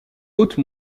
haute